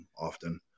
often